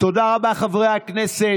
תודה רבה, חברי הכנסת.